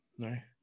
right